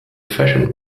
fashion